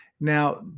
Now